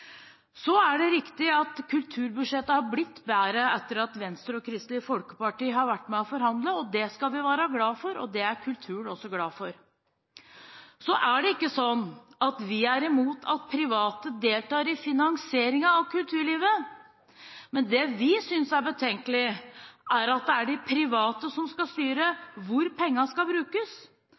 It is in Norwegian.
Så er det riktig at kulturbudsjettet har blitt bedre etter at Venstre og Kristelig Folkeparti har vært med og forhandlet. Det skal vi være glad for, og det er kulturen også glad for. Så er det ikke sånn at vi er imot at private deltar i finansieringen av kulturlivet. Men det vi synes er betenkelig, er at det er de private som skal styre hvor pengene skal brukes,